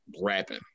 rapping